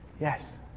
yes